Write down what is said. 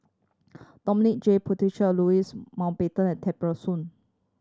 Dominic J Puthucheary Louis Mountbatten and Tear Ee Soon